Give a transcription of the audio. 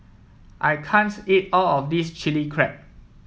I can't eat all of this Chili Crab